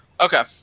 Okay